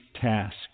task